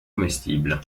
comestibles